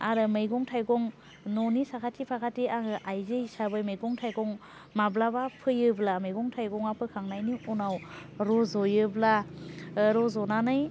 आरो मैगं थायगं न'नि साखाथि फाखाथि आङो आयजो हिसाबै मैगं थायगं माब्लाबा फैयोब्ला मैगं थायगंआ फोखांनायनि उनाव रज'योब्ला रज'नानै